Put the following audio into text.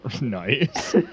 Nice